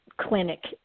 clinic